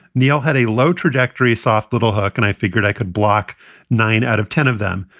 neil had a low trajectory, soft little hook, and i figured i could block nine out of ten of them.